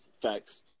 Facts